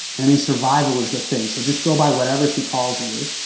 i mean survival is the thing so just go by whatever she calls you.